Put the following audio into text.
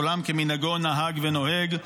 עולם כמנהגו נהג ונוהג,